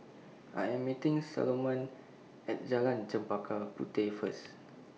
I Am meeting Salomon At Jalan Chempaka Puteh First